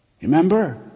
Remember